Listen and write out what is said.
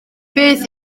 beth